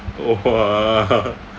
!wah!